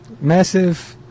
massive